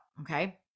Okay